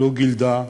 לא גילדה,